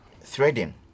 threading